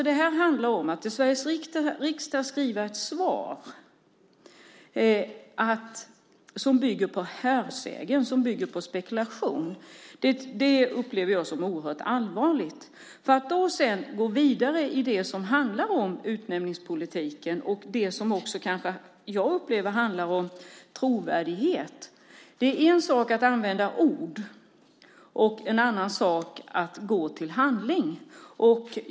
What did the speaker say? Det handlar om att till Sveriges riksdag skriva ett svar som bygger på hörsägen och spekulation. Det upplever jag som oerhört allvarligt. Jag ska gå vidare till det som handlar om utnämningspolitiken som jag upplever handlar om trovärdighet. Det är en sak att använda ord och en annan sak att gå till handling.